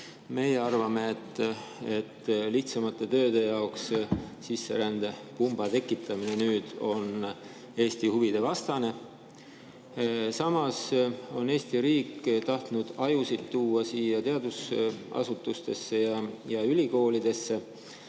Meie arvame, et lihtsamate tööde jaoks sisserändepumba tekitamine on Eesti huvide vastane. Samas on Eesti riik tahtnud ajusid tuua siia teadusasutustesse ja ülikoolidesse.